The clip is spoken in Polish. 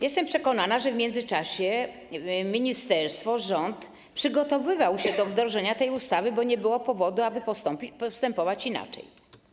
Jestem przekonana, że w międzyczasie ministerstwo, rząd przygotowywały się do wdrożenia tej ustawy, bo nie było powodu, aby postępować inaczej.